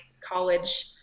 college